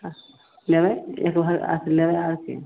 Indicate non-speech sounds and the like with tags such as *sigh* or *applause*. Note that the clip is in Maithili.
लेबै एक भरि *unintelligible* लेबै आर की